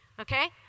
Okay